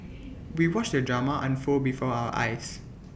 we watched the drama unfold before our eyes